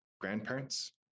grandparents